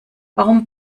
warum